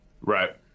Right